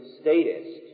statist